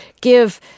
give